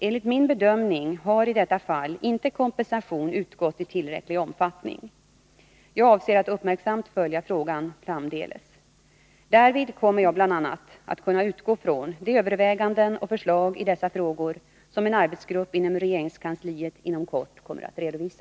Enligt min bedömning har i detta fall inte kompensation utgått i tillräcklig omfattning. Jag avser att uppmärksamt följa frågan framdeles. Därvid kommer jag bl.a. att kunna utgå från de överväganden och förslag i dessa frågor som en arbetsgrupp inom regeringskansliet inom kort kommer att redovisa.